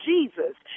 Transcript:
Jesus